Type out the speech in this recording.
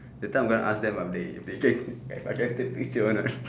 that time I go and ask them uh they they can I go and take picture want or not